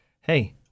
Hey